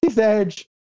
Edge